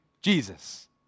Jesus